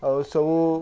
ଆଉ ସବୁ